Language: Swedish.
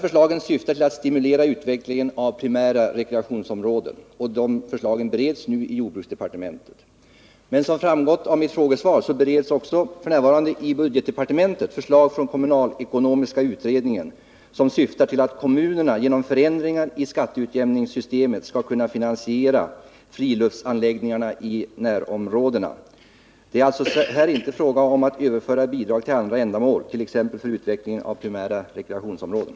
Förslagen, som syftar till att stimulera utvecklingen av primära rekreationsområden, bereds nu i jordbruksdepartementet. Som framgått av mitt frågesvar bereds f. n. i budgetdepartementet förslag från den kommunalekonomiska utredningen som syftar till att kommunerna genom förändringar i skatteutjämningssystemet skall kunna finansiera friluftsanläggningar i närområden. Det är således inte fråga om att överföra bidrag till andra ändamål, t.ex. för utvecklingen av primära rekreationsområden.